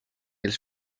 els